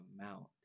amount